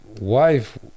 wife